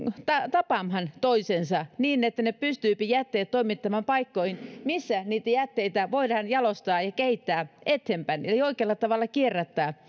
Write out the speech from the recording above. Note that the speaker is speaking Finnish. tapaamaan toisensa niin että ne pystyvät jätteet toimittamaan paikkoihin missä niitä jätteitä voidaan jalostaa ja kehittää eteenpäin eli oikealla tavalla kierrättää